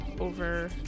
over